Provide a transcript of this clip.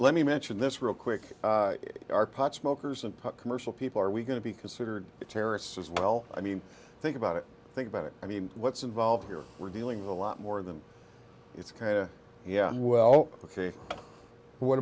let me mention this real quick are pot smokers and commercial people are we going to be considered terrorists as well i mean think about it think about it i mean what's involved here we're dealing with a lot more of them it's kind of yeah well ok what